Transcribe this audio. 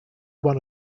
one